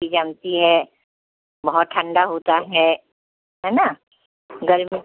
P M T है बहुत ठंडा होता है है ना गर्मी